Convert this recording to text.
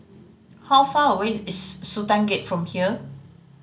how far away is Sultan Gate from here